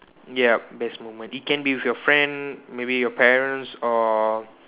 yup best moment it can be with your friend maybe with your parents or